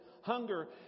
hunger